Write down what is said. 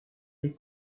les